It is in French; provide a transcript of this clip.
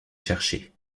chercher